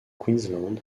queensland